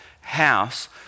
house